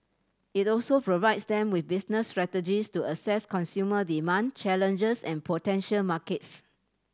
it also provides them with business strategies to assess consumer demand challenges and potential markets